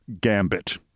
gambit